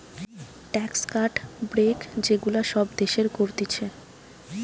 tax cut, break যে গুলা সব দেশের করতিছে